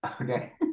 Okay